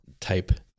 type